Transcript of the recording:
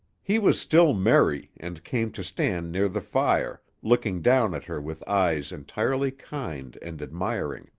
he was still merry, and came to stand near the fire, looking down at her with eyes entirely kind and admiring.